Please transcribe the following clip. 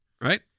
right